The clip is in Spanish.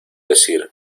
decir